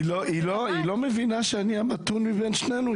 היא לא מבינה שאני המתון מבין שנינו?